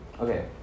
Okay